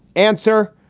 answer.